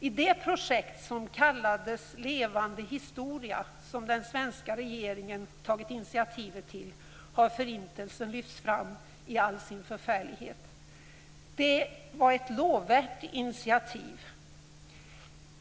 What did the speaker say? I det projekt som kallas "Levande historia" som den svenska regeringen tagit initiativ till, har förintelsen lyfts fram i all sin förfärlighet. Det var ett lovvärt initiativ.